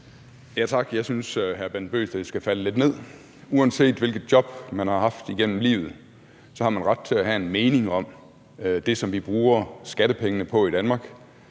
Tak. Jeg synes, at hr. Bent Bøgsted skal falde lidt ned. Uanset hvilket job man har haft igennem livet, har man ret til at have en mening om det, som vi bruger skattepengene på i Danmark.